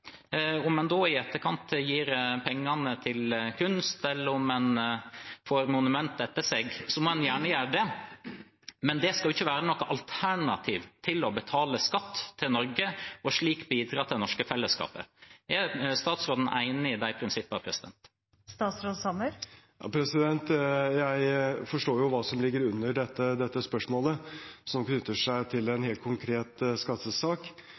Om en da i etterkant gir pengene til kunst, eller om en får et monument etter seg, må en gjerne gjøre det, men det skal ikke være noe alternativ til å betale skatt til Norge og slik bidra til det norske fellesskapet. Er statsråden enig i de prinsippene? Jeg forstår jo hva som ligger under dette spørsmålet som knytter seg til en helt konkret skattesak.